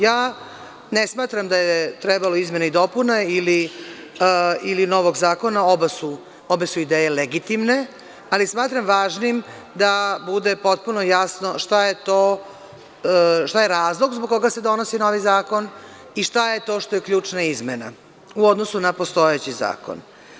Ja ne smatram da je trebalo izmene ili dopune ili novog zakona, obe su ideje legitimne, ali smatram važnim da bude potpuno jasno šta je razlog zbog koga se donosi novi zakon i šta je to što je ključna izmena u odnosu na postojeći zakon.